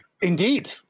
Indeed